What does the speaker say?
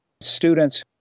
students